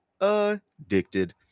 addicted